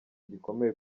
gikomeye